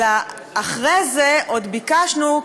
אלא אחרי זה עוד ביקשנו,